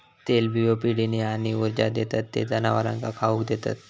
तेलबियो पिढीने आणि ऊर्जा देतत ते जनावरांका खाउक देतत